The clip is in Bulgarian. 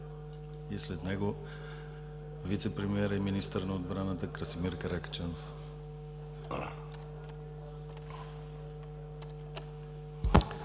и след него вицепремиерът и министър на отбраната Красимир Каракачанов.